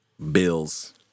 Bills